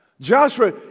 Joshua